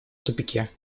тупике